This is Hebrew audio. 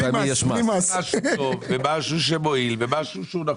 משהו שמועיל ומשהו שהוא נכון.